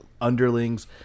underlings